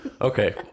okay